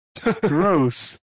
Gross